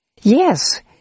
Yes